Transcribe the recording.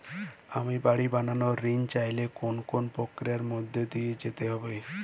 আমি বাড়ি বানানোর ঋণ চাইলে কোন কোন প্রক্রিয়ার মধ্যে দিয়ে যেতে হবে?